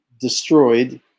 destroyed